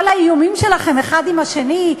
כל האיומים שלכם האחד עם השני,